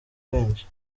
benshi